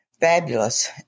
fabulous